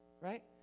right